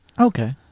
Okay